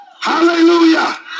Hallelujah